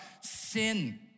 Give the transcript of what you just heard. sin